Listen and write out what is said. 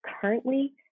currently